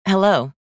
Hello